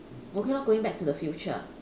okay lor going back to the future